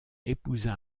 épousa